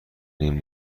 این